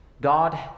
God